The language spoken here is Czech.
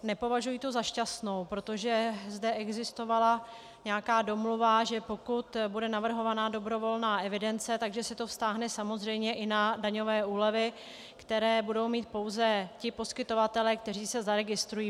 Nepovažuji ji za šťastnou, protože zde existovala nějaká domluva, že pokud bude navrhovaná dobrovolná evidence, že se to vztáhne samozřejmě i na daňové úlevy, které budou mít pouze ti poskytovatelé, kteří se zaregistrují.